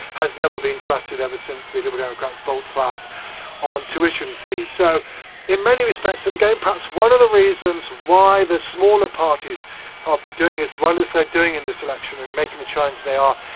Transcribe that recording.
has never been trusted ever since the liberal democrats' volte-face on tuition fees. so in many respects and, again, perhaps one of the reasons why the smaller parties have been doing as well is they are doing in this election and making the challenge they are,